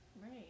right